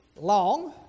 long